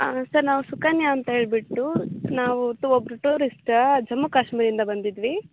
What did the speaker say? ಆ ಸರ್ ನಾವು ಸುಕನ್ಯಾ ಅಂತ ಹೇಳ್ಬಿಟ್ಟು ನಾವು ಒಬ್ಬರು ಟೂರಿಸ್ಟ ಜಮ್ಮು ಕಾಶ್ಮೀರಿಂದ ಬಂದಿದ್ವಿ